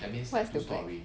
what is duplex